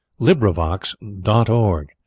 LibriVox.org